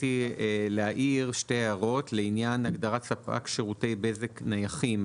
רציתי להעיר שתי הערות לעניין הגדרת ספק שירותי בזק נייחים.